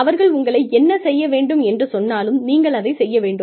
அவர்கள் உங்களை என்ன செய்ய வேண்டும் என்று சொன்னாலும் நீங்கள் அதை செய்ய வேண்டும்